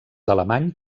alemany